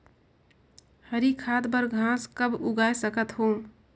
हरी खाद बर घास कब उगाय सकत हो?